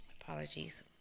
Apologies